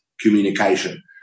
communication